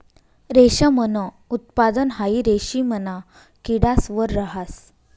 रेशमनं उत्पादन हाई रेशिमना किडास वर रहास